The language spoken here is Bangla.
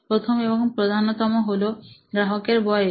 প্রথম এবং প্রধানতম হল গ্রাহকের বয়স